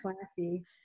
classy